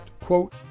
quote